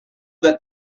that